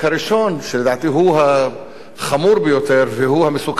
שלדעתי הוא החמור ביותר והמסוכן ביותר,